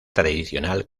tradicional